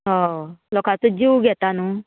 ह लोकाचो जीव घेता न्हू